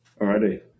Alrighty